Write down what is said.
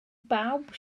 bawb